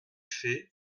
fait